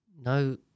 No